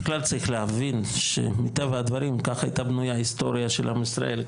בכלל צריך להבין שמטבע הדברים ככה היתה בנוייה ההיסטוריה של עם ישראל.